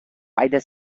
either